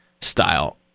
style